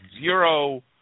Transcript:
zero